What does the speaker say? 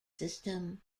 system